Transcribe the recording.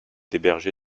hébergé